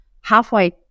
halfway